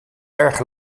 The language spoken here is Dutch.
erg